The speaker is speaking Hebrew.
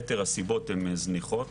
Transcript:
יתר הסיבות הן זניחות.